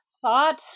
thought